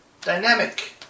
Dynamic